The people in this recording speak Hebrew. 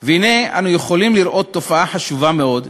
והנה, אנו יכולים לראות תופעה חשובה מאוד,